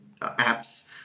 apps